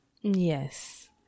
Yes